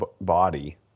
body